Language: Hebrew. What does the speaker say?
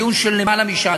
דיון של יותר משעתיים.